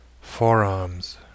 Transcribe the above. Forearms